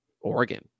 Oregon